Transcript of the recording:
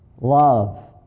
love